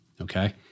okay